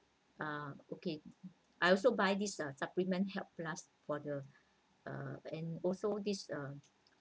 uh okay I also bought this uh supplement health plus for the uh and also this um